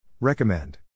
Recommend